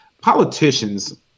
Politicians